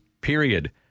period